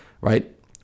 right